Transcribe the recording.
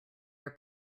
are